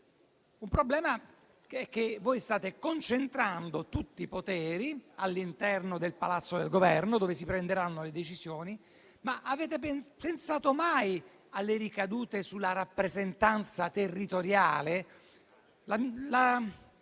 maggioranza. Voi state concentrando tutti i poteri all'interno del Palazzo del Governo, dove si prenderanno le decisioni. Avete pensato mai alle ricadute sulla rappresentanza territoriale?